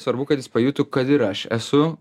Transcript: svarbu kad jis pajuto kad ir aš esu